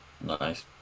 Nice